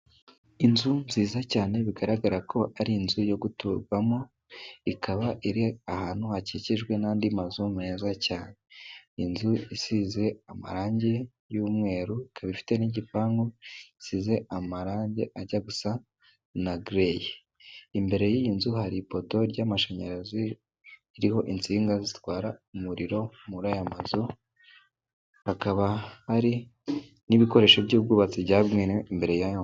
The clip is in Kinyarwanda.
Inzu nziza cyane bigaragara ko ari inzu yo guturwamo, ikaba iri ahantu hakikijwe n'andi mazu meza cyane. Inzu isize amarangi y'umweru, ikaba ifite n'igipangu gisize amarangi ajya gusa na gereyi. Imbere y'iyi nzu hari ipoto y'amashanyarazi iriho insinga zitwara umuriro muri aya mazu, hakaba hari n'ibikoresho by'ubwubatsi byavuye imbere yayo...